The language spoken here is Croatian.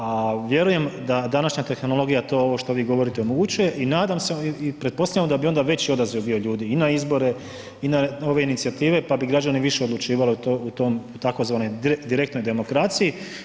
A vjerujem da današnja tehnologija to ovo što vi govorite omogućuje i pretpostavljam da bi onda već odaziv bio ljudi i na izbore i na ove inicijative pa bi građani više odlučivali u tzv. direktnoj demokraciji.